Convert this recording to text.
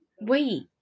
Wait